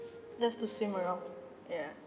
just to swim around ya